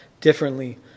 differently